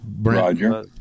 Roger